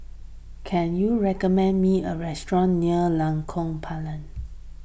can you recommend me a restaurant near Lengkong Empat